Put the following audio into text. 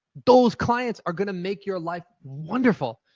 those clients are going to make your life wonderful.